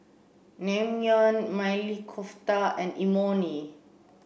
Naengmyeon Maili Kofta and Imoni